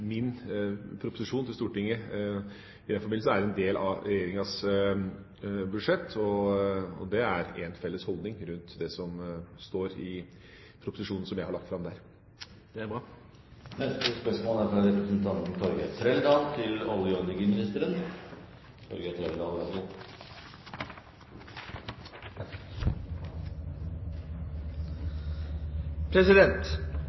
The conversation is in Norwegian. min proposisjon til Stortinget i den forbindelse er en del av regjeringas budsjett. Og det er en felles holdning rundt det som står i proposisjonen jeg har lagt fram der. Det er bra. «Undertegnede stilte statsråden et skriftlig spørsmål 4. oktober om hvordan han ville forholde seg til